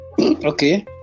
Okay